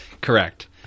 Correct